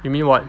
you mean what